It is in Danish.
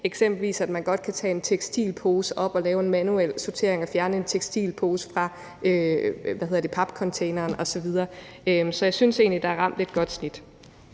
Eksempelvis kan man godt lave en manuel sortering og fjerne en tekstilpose fra papcontaineren osv. Så jeg synes egentlig, der er ramt et godt snit.